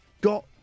got